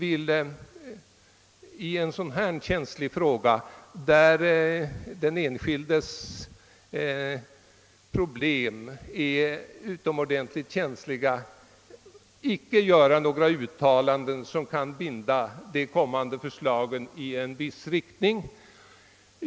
I en fråga som berör den enskildes utomordentligt känsliga problem vill vi icke göra några uttalanden som kan binda kommande förslag i viss riktning.